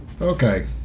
Okay